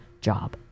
job